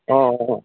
अ अ